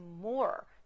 more